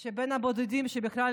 שהוא בין הבודדים שבכלל